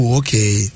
okay